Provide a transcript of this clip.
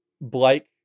Blake